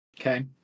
Okay